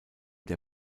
der